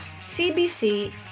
CBC